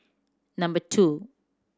number two